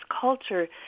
culture